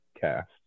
cast